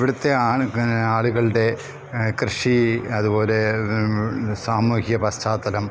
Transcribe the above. ഇവിടുത്തെ ആൾ ആളുകളുടെ കൃഷി അതുപോലെ സാമൂഹ്യ പശ്ചാത്തലം